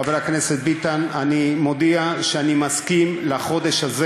חבר הכנסת ביטן, אני מודיע שאני מסכים לחודש הזה.